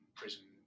prison